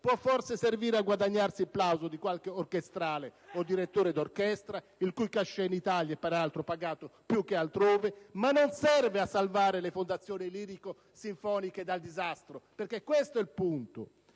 può forse servire a guadagnarsi il plauso di qualche orchestrale o direttore d'orchestra (il cui *cachet* in Italia è peraltro pagato più che altrove), ma non serve a salvare le fondazioni lirico-sinfoniche dal disastro. È questo il